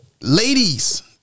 Ladies